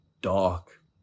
dark